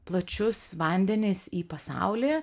plačius vandenis į pasaulį